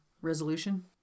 resolution